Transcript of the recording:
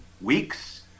weeks